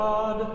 God